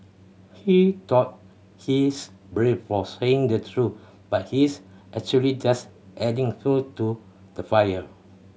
he thought he's brave for saying the truth but he's actually just adding fuel to the fire